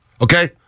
okay